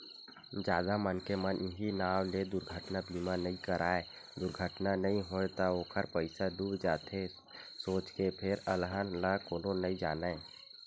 जादा मनखे मन इहीं नांव ले दुरघटना बीमा नइ कराय दुरघटना नइ होय त ओखर पइसा डूब जाथे सोच के फेर अलहन ल कोनो नइ जानय